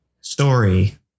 story